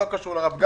לא קשור ליושב-ראש.